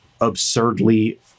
absurdly